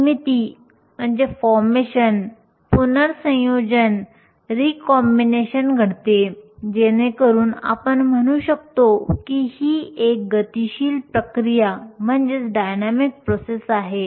निर्मिती आणि पुनर्संयोजन घडते जेणेकरून आपण म्हणू शकतो की ही एक गतिशील प्रक्रिया आहे